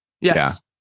Yes